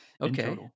Okay